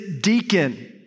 deacon